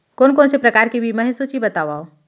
कोन कोन से प्रकार के बीमा हे सूची बतावव?